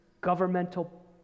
Governmental